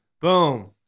Boom